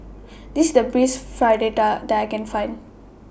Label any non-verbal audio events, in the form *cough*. *noise* This The Best Fritada that I Can Find